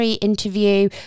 interview